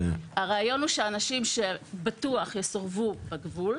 הרעיון הוא שאנשים שבטוח יסורבו בגבול,